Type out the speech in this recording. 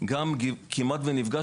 גם "כמעט ונפגע",